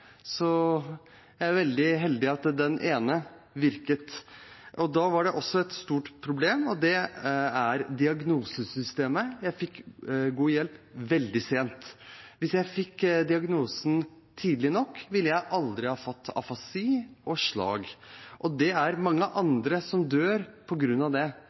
så jeg er veldig heldig at det andre virket. Det var også et annet stort problem, og det er diagnosesystemet. Jeg fikk god hjelp – men veldig sent. Hvis jeg hadde fått diagnosen tidlig nok, ville jeg aldri ha fått afasi og slag. Og det er mange som dør på grunn av det.